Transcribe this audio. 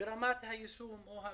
נמצאת ברמת היישום והביצוע.